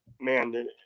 man